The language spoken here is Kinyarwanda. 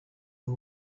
aho